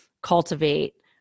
cultivate